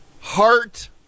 heart